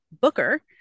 Booker